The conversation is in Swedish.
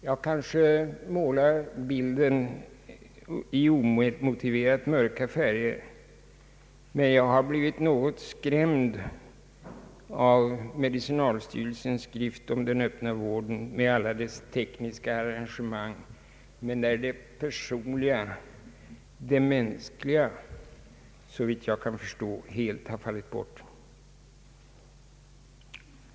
Jag målar kanske bilden i omotiverat mörka färger, men jag har blivit något skrämd av medicinalstyrelsens skrift om den öppna vården med alla dess tekniska arrangemang, men där det personliga, det mänskliga såvitt jag kan förstå heit har fallit bort.